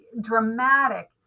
dramatic